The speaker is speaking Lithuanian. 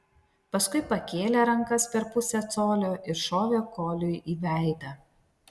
paskui pakėlė rankas per pusę colio ir šovė koliui į veidą